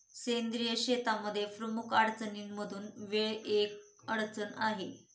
सेंद्रिय शेतीमध्ये प्रमुख अडचणींमधून वेळ ही एक अडचण आहे